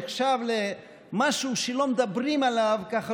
עוד נחשב למשהו שלא מדברים עליו ככה,